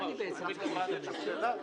מאיזו סיבה הליכוד רוצה לדחות את הבחירות?